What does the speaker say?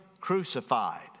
crucified